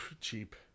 Cheap